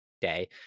day